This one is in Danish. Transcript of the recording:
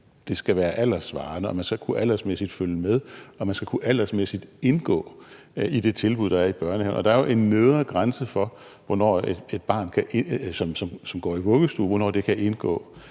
det skal være alderssvarende, og at man aldersmæssigt skal kunne følge med, og man aldersmæssigt skal kunne indgå i det tilbud, der er i børnehaven. Og der er jo en nedre grænse for, hvornår et barn, som går i vuggestue, kan indgå